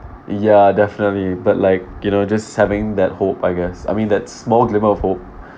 ya definitely but like you know just having that hope I guess I mean that small glimmer of hope